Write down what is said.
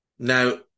Now